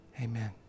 Amen